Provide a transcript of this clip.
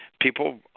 people